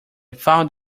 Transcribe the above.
found